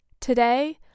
Today